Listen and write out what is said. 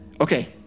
Okay